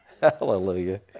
Hallelujah